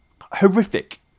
horrific